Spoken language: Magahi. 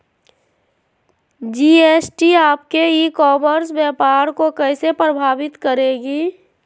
जी.एस.टी आपके ई कॉमर्स व्यापार को कैसे प्रभावित करेगी?